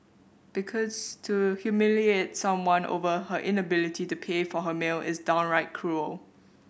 because to humiliate someone over her inability to pay for her meal is downright cruel